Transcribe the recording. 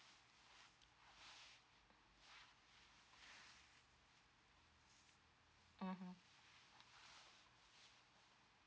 mmhmm